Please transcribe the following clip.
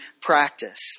practice